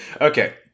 Okay